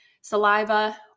saliva